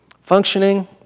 functioning